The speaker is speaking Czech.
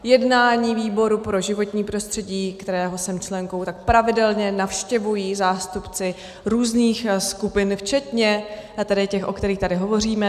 Jednání výboru pro životní prostředí, kterého jsem členkou, pravidelně navštěvují zástupci různých skupin včetně těch, o kterých tady dnes hovoříme.